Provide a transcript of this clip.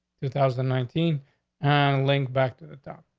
two thousand and nineteen and link back to the top.